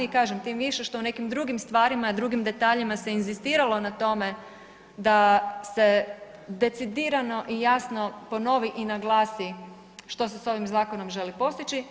I kažem tim više što u nekim drugim stvarima, drugim detaljima se inzistiralo na tome da se decidirano i jasno ponovi i naglasi što se sa ovim zakonom želi postići.